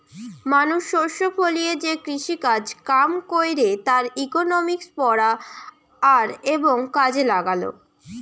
মানুষ শস্য ফলিয়ে যে কৃষিকাজ কাম কইরে তার ইকোনমিক্স পড়া আর এবং কাজে লাগালো